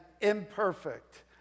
imperfect